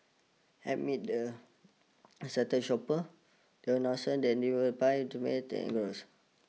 amid the excited shoppers they announcer that they would buy